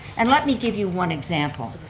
and let me give you one example.